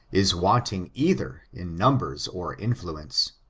is wanting either in numbers or influence.